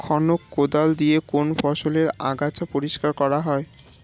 খনক কোদাল দিয়ে কোন ফসলের আগাছা পরিষ্কার করা হয়?